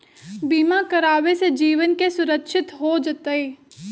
बीमा करावे से जीवन के सुरक्षित हो जतई?